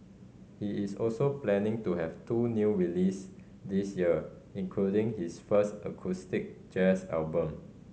he is also planning to have two new release this year including his first acoustic jazz album